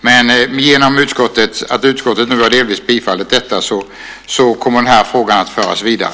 Men genom att utskottet nu delvis har bifallit detta kommer den här frågan att föras vidare.